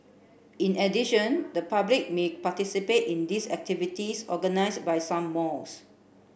in addition the public may participate in this activities organise by some malls